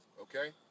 okay